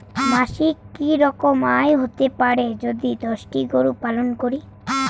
মাসিক কি রকম আয় হতে পারে যদি দশটি গরু পালন করি?